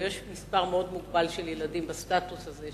הלוא יש מספר מאוד מוגבל של ילדים בסטטוס הזה,